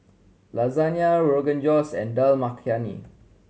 Lasagne Rogan Josh and Dal Makhani